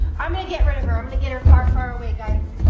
i'm gonna get rid of her. i'm gonna get her far, far away, guys.